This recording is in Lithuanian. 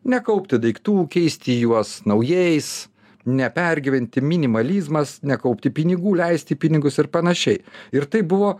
nekaupti daiktų keisti juos naujais nepergyventi minimalizmas nekaupti pinigų leisti pinigus ir panašiai ir tai buvo